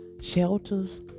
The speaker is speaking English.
shelters